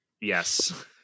Yes